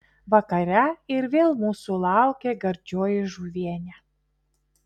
vakare ir vėl mūsų laukė gardžioji žuvienė